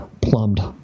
plumbed